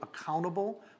accountable